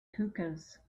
hookahs